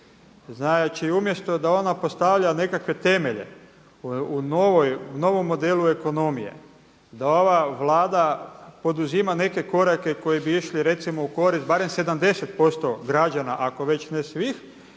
Znači umjesto da ona postavlja nekakve temelje u novom modelu ekonomije, da ova Vlada poduzima neke korake koji bi išli recimo u korist barem 70% građana ako već ne svih.